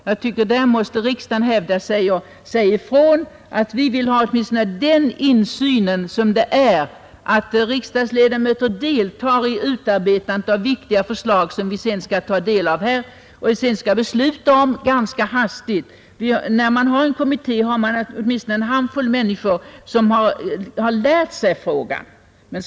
Jag tycker att riksdagen där 10 mars 1971 måste hävda sig och säga ifrån, att vi vill ha åtminstone den insyn som det Stadgande i lag innebär, att riksdagsledamöter deltar i utarbetandet av viktiga förslag, angående förvärv som vi kanske sedan skall ta del av här och besluta om ganska hastigt. Har av medlemskap i man en parlamentarisk kommitté har man åtminstone en handfull politiskt parti människor som lär sig frågan.